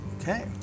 Okay